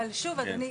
אבל שוב אדוני,